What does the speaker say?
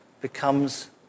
becomes